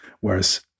whereas